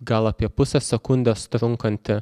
gal apie pusės sekundės trunkantį